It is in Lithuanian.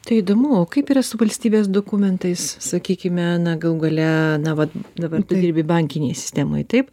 tai įdomu o kaip yra su valstybės dokumentais sakykime na galų gale na vat dabar dirbi bankinėj sistemoj taip